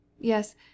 Yes